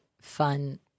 fun